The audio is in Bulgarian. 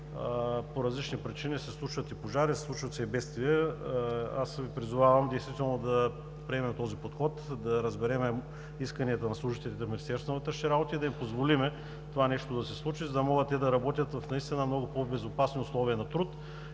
по различни причини се случват и пожари, случват се и бедствия. Аз Ви призовавам действително да приемем този подход и разберем исканията на служителите от Министерството на вътрешните работи и да им позволите това нещо да се случи, за да могат те да работят в наистина много по-безопасни условия на труд